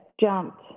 jumped